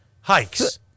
Hikes